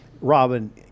Robin